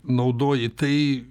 naudoji tai